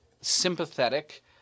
sympathetic